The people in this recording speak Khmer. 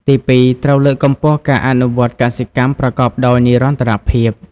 ទីពីរ ត្រូវលើកកម្ពស់ការអនុវត្តកសិកម្មប្រកបដោយនិរន្តរភាព។